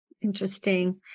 Interesting